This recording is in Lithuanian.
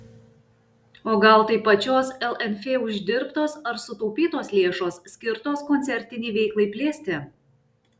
o gal tai pačios lnf uždirbtos ar sutaupytos lėšos skirtos koncertinei veiklai plėsti